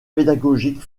pédagogique